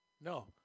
No